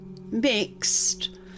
mixed